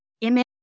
image